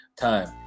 time